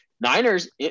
Niners